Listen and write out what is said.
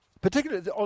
particularly